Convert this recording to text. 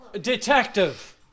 detective